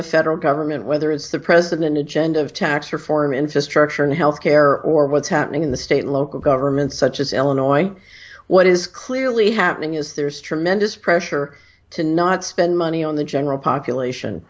the federal government whether it's the president agenda of tax reform infrastructure and health care or what's happening in the state local governments such as illinois what is clearly happening is there's tremendous pressure to not spend money on the general population